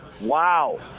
Wow